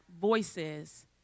voices